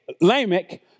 Lamech